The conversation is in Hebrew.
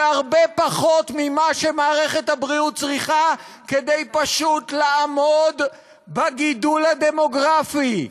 זה הרבה פחות ממה שמערכת הבריאות צריכה פשוט כדי לעמוד בגידול הדמוגרפי.